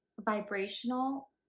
vibrational